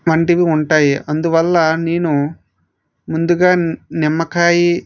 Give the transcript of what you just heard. వంటివి ఉంటాయి అందువల్ల నేను ముందుగా నిమ్మకాయ